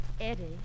Eddie